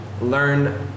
learn